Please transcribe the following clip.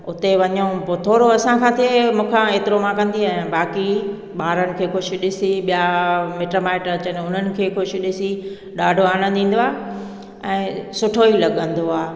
हुते वञूं पोइ थोरो असां काथे मूंखां हेतिरो मां कंदी आहियां बाक़ी ॿारनि खे ख़ुशि ॾिसी ॿियां मिट माइट अचनि हुननि खे ख़ुशि ॾिसी ॾाढो आनंदु ईंदो आहे ऐं सुठो ई लॻंदो आहे